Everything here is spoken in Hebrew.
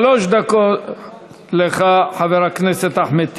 שלוש דקות לך, חבר הכנסת אחמד טיבי.